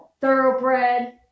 thoroughbred